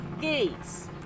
Gates